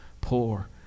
poor